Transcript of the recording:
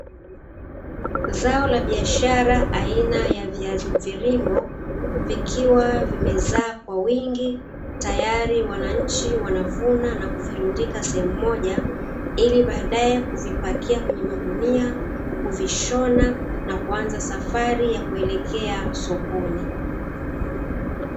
Zao la biashara aina ya viazi mviringo, vikiwa vimezaa kwa wingi tayari wananchi wanavuna na kuvirundika sehemu moja ili baadae kuvipakia katika magunia, kuvishona na kuanza safari ya kuelekea sokoni.